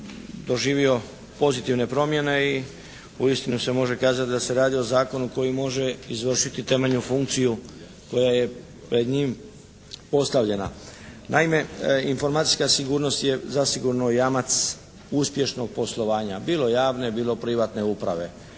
doživio pozitivne promjene i uistinu se može kazati da se radi o zakonu koji može izvršiti temeljnu funkciju koja je pred njim postavljena. Naime informacijska sigurnost je zasigurno jamac uspješnog poslovanja bilo javne bilo privatne uprave.